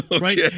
Right